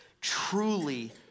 truly